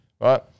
right